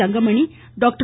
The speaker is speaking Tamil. தங்கமணி டாக்டர்